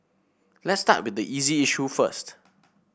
let's start with the easy issue first